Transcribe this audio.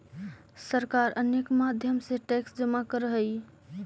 सरकार अनेक माध्यम से टैक्स जमा करऽ हई